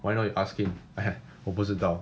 why not you ask him 我不知道